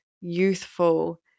youthful